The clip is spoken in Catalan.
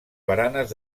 baranes